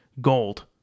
gold